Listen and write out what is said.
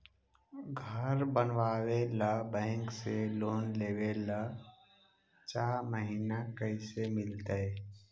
घर बनावे ल बैंक से लोन लेवे ल चाह महिना कैसे मिलतई?